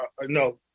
no